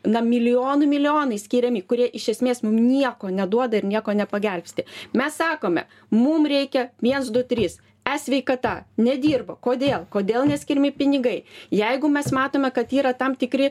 na milijonų milijonai skiriami kurie iš esmės mum nieko neduoda ir nieko nepagelbsti mes sakome mum reikia viens du trys e sveikata nedirba kodėl kodėl neskiriami pinigai jeigu mes matome kad yra tam tikri